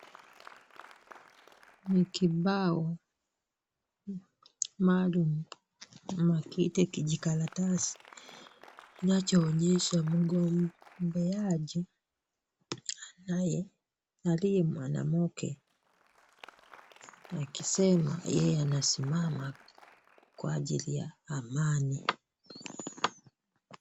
Ni kibao maalum ama kile kijikaratasi kinachoonyesha mgombeaji aliye mwanamke, akisema yeye anasimama kwa ajili ya amani.